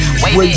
Wait